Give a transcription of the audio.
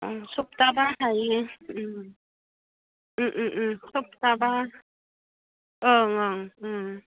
ओं सप्ताब्ला हायो सप्ताब्ला ओं ओं ओं